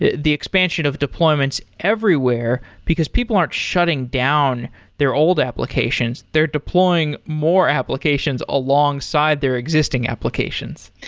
ah the expansion of deployments everywhere, because people aren't shutting down their old applications. they're deploying more applications alongside their existing applications.